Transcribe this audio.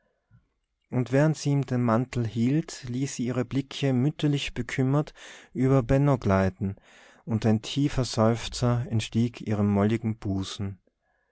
und während sie ihm den mantel hielt ließ sie ihre blicke mütterlich bekümmert über benno gleiten und ein tiefer seufzer entstieg ihrem molligen busen